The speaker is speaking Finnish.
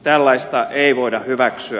tällaista ei voida hyväksyä